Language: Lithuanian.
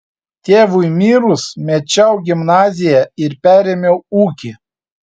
tėvui mirus mečiau gimnaziją ir perėmiau ūkį